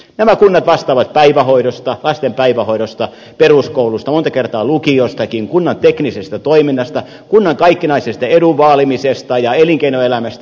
nämä kunnat vastaavat lasten päivähoidosta peruskoulusta monta kertaa lukiostakin kunnan teknisestä toiminnasta kunnan kaikkinaisesta edun vaalimisesta ja elinkeinoelämästä jnp